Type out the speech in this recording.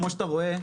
כמו שאתה רואה,